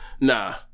nah